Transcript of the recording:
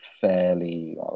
fairly